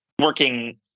working